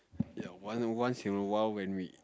ya one once in a while when we